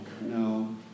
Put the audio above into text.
no